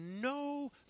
no